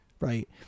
Right